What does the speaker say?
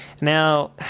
Now